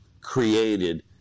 created